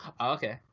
Okay